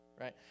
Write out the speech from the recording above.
right